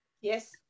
Yes